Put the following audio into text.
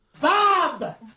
Bob